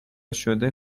شده